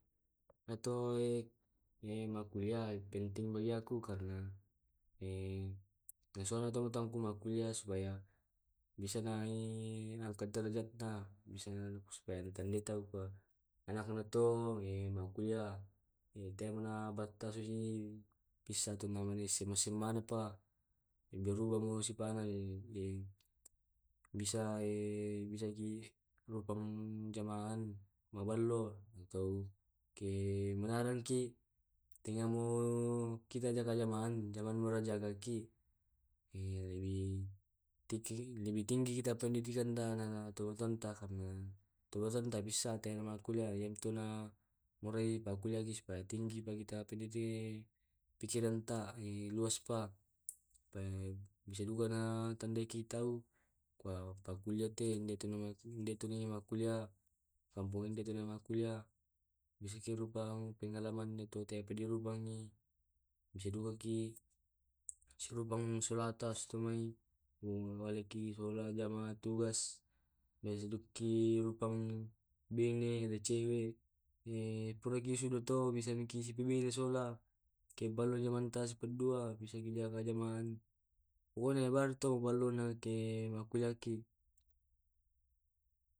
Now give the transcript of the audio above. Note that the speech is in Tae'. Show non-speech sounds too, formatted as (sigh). Tujumane nante makkullia penting mare, nasama te makkulliah (hesitation) (hesitation) algotutukekki jadi antu semanga na makkullia. Nasaba bisaki pakende derajatnya orang tuata dikampong, (hesitation) (hesitation) magantiki sampa jamang, (hesitation) (hesitation) (hesitation) ripakeddemi tomatoanta nasaba te mo iya nalabbi makkulia. (hesitation) (hesitation) nasaba lingkungan ku te lingkungan sekitarku makkullia ngasang. Jadi ente pengalamanku nasaba sijanji ngaseng sola solaku namakkullia. na iya makullia. (hesitation) bisakimakatama organisasi, organisasi te maguru. wediki akrab sibawa seniorta, macarita na yanto rifa akrabki silong seniorta, disuruhmi tu seniorta maguru. Nako mancaji sarjana maki, bisa maki millau jamang diseniorta dilobi-lobini ro senorta na pantamaki di jamang. atau sementara makkuliaki na yatte tauwa aketau ki natambai. Apalagi matamaki organisasi bisa juga to. (noise) (hesitation) (unintelligible)